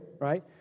Right